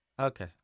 Okay